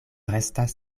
restas